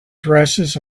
dresses